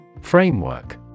Framework